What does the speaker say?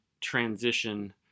transition